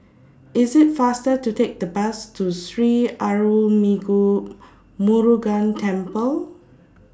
IS IT faster to Take The Bus to Sri Arulmigu Murugan Temple